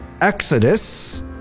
Exodus